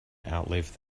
outlive